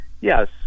Yes